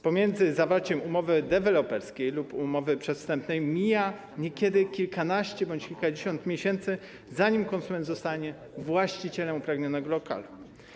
Pomiędzy zawarciem umowy deweloperskiej lub umowy przedwstępnej mija niekiedy kilkanaście bądź kilkadziesiąt miesięcy, zanim konsument zostanie właścicielem upragnionego lokalu.